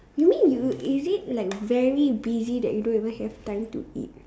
you mean you is it like very busy that you don't even have time to eat